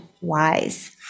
wise